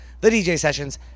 thedjsessions